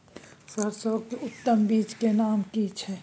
सरसो के उत्तम बीज के नाम की छै?